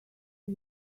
are